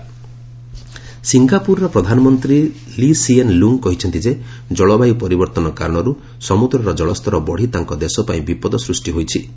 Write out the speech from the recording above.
Singapore climate ସିଙ୍ଗାପୁରର ପ୍ରଧାନମନ୍ତ୍ରୀ Lee Hsien Loong କହିଛନ୍ତି ଯେ ଜଳବାୟୁ ପରିବର୍ତ୍ତନ କାରଣରୁ ସମୁଦ୍ରର କଳସ୍ତର ବଢ଼ି ତାଙ୍କ ଦେଶ ପାଇଁ ବିପଦ ସୃଷ୍ଟି ହୋଇଚି